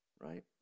right